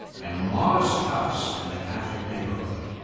and a modest house in a catholic neighborhood.